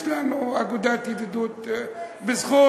יש להם אגודת ידידות בזכות,